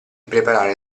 preparare